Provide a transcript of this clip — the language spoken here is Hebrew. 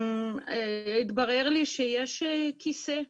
התברר לי שיש כיסא,